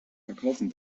verkaufen